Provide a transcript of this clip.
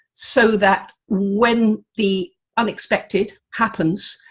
so that when the unexpected happens,